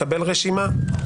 במהלך דיוני החקיקה עלה הנושא